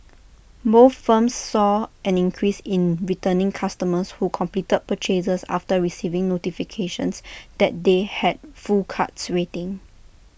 both firms saw an increase in returning customers who completed purchases after receiving notifications that they had full carts waiting